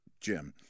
Jim